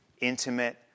intimate